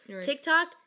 TikTok